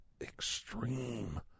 extreme